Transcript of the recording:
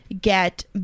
get